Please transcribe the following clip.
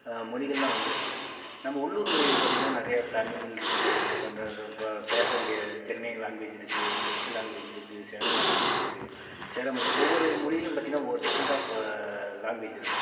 மொழிகள்லாம் வந்து இருக்கு நம்ப உள்ளூர் மொழிகள் பார்த்திங்கனா நிறையா தமிழ் இருக்கு நம்ம இந்த பேசக்கூடிய சென்னை லாங்குவேஜ் இருக்கு திருச்சி லாங்குவேஜ் இருக்கு சேலம் லாங்குவேஜ் இருக்கு சேலம் மொழிகள் ஒவ்வொரு மொழியிலையும் பார்த்திங்கனா ஒவ்வொரு டிஃப்ரண்ட் ஆஃப் லாங்குவேஜ் இருக்கும்